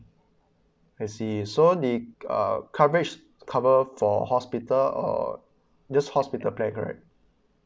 I see so the uh coverage cover for hospital or just hospital pay do I correct